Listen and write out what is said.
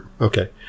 Okay